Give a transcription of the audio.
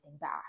back